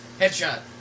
headshot